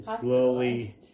slowly